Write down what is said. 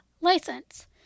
license